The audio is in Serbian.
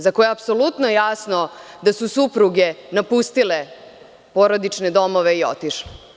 Za koje je apsolutno jasno da su supruge napustile porodične domove i otišle.